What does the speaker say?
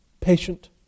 patient